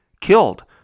killed